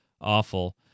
awful